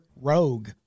rogue